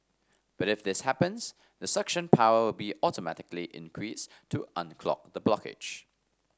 but if this happens the suction power will be automatically increased to unclog the blockage